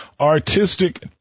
artistic